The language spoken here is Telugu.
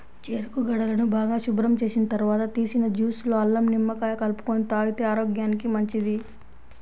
చెరుకు గడలను బాగా శుభ్రం చేసిన తర్వాత తీసిన జ్యూస్ లో అల్లం, నిమ్మకాయ కలుపుకొని తాగితే ఆరోగ్యానికి మంచిది